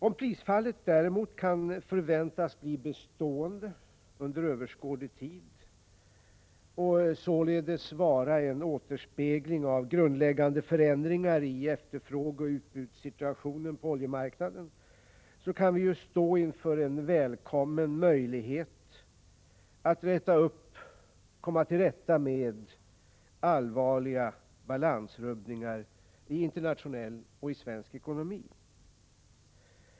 Om prisfallet däremot kan förväntas bli bestående under överskådlig tid, och således vara en återspegling av grundläggande förändringar i efterfrågeoch utbudssituationen på oljemarknaden, kan vi ju stå inför en välkommen möjlighet att komma till rätta med allvarliga balansrubbningar i internationell ekonomi och i svensk ekonomi.